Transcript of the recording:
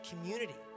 community